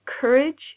courage